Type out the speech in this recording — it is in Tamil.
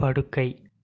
படுக்கை